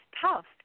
tough